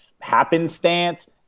happenstance